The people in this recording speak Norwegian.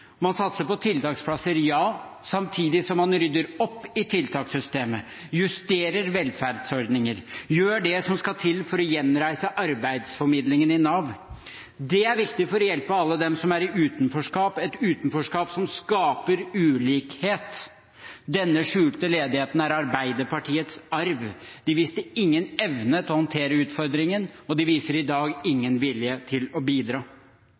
Man satser på tiltaksplasser, ja, samtidig som man rydder opp i tiltakssystemet, justerer velferdsordninger og gjør det som skal til for å gjenreise arbeidsformidlingen i Nav. Det er viktig for å hjelpe alle dem som er i utenforskap – et utenforskap som skaper ulikhet. Den skjulte ledigheten er Arbeiderpartiets arv. De viste ingen evne til å håndtere utfordringen, og de viser i dag ingen vilje til å bidra.